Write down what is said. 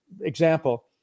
example